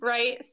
Right